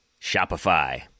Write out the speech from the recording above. Shopify